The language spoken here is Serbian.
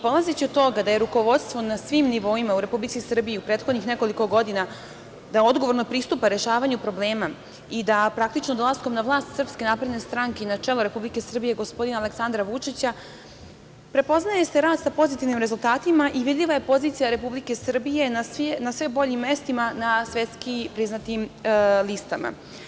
Polazeći od toga da rukovodstvo na svim nivoima u Republici Srbiji u prethodnih nekoliko godina da odgovorno pristupa rešavanju problema i da praktično dolaskom na vlast SNS i na čelo Republike Srbije gospodina Aleksandra Vučića, prepoznaje se rad sa pozitivnim rezultatima i vidljiva je pozicija Republike Srbije na sve boljim mestima na svetski priznatim listama.